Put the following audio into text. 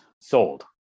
Sold